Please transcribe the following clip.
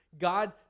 God